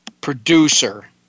producer